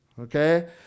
Okay